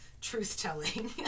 truth-telling